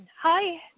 Hi